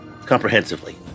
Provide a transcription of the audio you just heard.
comprehensively